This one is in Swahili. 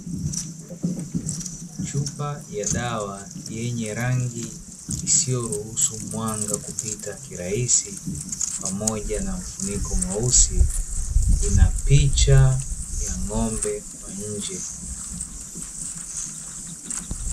Chupa ya dawa yenye rangi isiyoruhusu mwanga kupita kirahisi pamoja na Mfuniko mweusi, ina picha ya ng’ombe kwa nje.